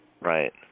Right